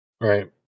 Right